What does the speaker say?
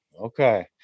okay